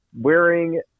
wearing